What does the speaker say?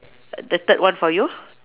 the third one for you